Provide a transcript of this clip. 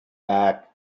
back